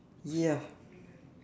ya